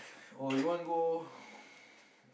or you want go